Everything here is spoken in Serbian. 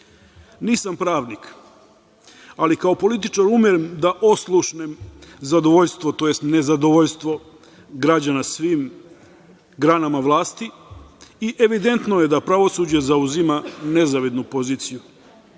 Nisam pravnik, ali kao političar umem da oslušnem zadovoljstvo tj. nezadovoljstvo građana svim granama vlasti i evidentno je da pravosuđe zauzima nezavidnu poziciju.